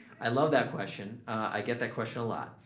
i love that question. i get that question a lot.